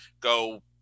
go